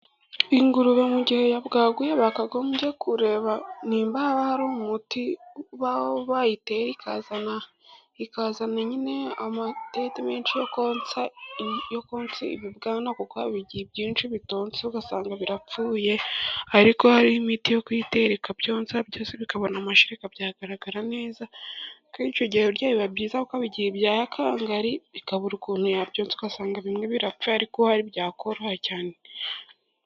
Ingurube mu gihe yabwaguye, bakagombye kureba niba hari umuti bayitera ikazana nyine amadede menshi yo konsa ibibwana , kuko haba igihe byinshi bitonse ugasanga birapfuye. Ariko, hariho imiti yo kuyitera ikabyonsa byose, bikabona amashereka, byagaragara neza kandi icyo gihe nabyo biba byiza kuko haba igihe ibyaye akangari, ikabura ukuntu yabyonsa ugasanga bimwe birapfuye. Ariko, uhari byakoroha cyane.